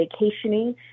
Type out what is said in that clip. vacationing